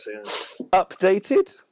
Updated